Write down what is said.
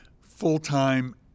full-time